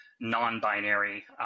non-binary